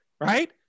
right